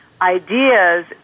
Ideas